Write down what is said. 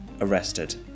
arrested